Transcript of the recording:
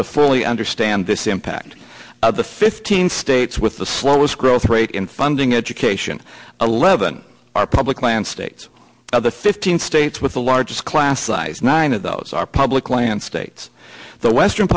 to fully understand this impact the fifteen states with the slowest growth rate in funding education eleven our public plan states the fifteen states with the largest class size nine of those are public land states the western